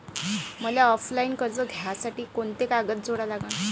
मले ऑफलाईन कर्ज घ्यासाठी कोंते कागद जोडा लागन?